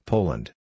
Poland